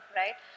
right